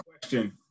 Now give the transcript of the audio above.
question